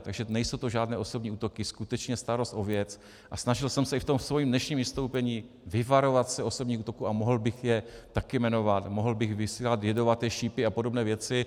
Takže nejsou to žádné osobní útoky, skutečně starost o věc, a snažil jsem se i v tom dnešním vystoupení vyvarovat se osobních útoků a mohl bych je také jmenovat, mohl bych vysílat jedovaté šípy a podobné věci.